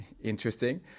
interesting